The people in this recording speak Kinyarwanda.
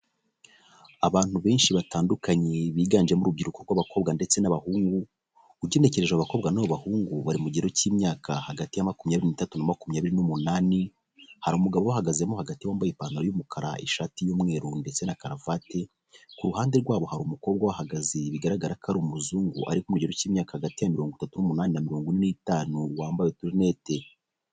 Abantu benshi batandukanye biganjemo urubyiruko rw'abakobwa ndetse n'abahungu ugenekereje abakobwa n'abahungu bari mu gihe cy'imyaka hagati ya makumyabiri n'itatu na makumyabiri n'umunani hari umugabo uhagazemo hagati wambaye ipantaro y'umukara ishati y'umweru ndetse na karuvati ku ruhande rwabo hari umukobwa uhagaze bigaragara ko ari umuzungu cy'imyaka hagati ya mirongo itatu n'umunani na mirongo ine n'itanu wambaye lunette.